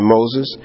Moses